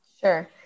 Sure